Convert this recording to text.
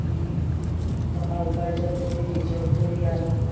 টকা উপাৰ্জন কৰি নিজৰ পৰিয়াল